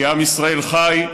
כי עם ישראל חי.